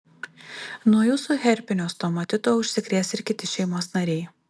nuo jūsų herpinio stomatito užsikrės ir kiti šeimos nariai